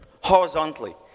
horizontally